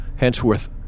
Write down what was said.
Hensworth